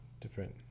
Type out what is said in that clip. Different